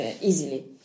easily